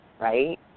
right